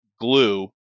glue